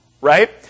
right